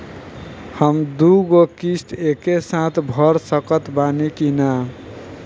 हम दु गो किश्त एके साथ भर सकत बानी की ना?